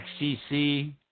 XCC